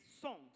songs